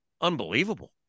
unbelievable